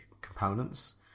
components